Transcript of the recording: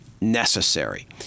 necessary